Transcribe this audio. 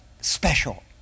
special